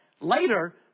later